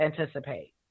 anticipate